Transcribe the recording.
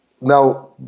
Now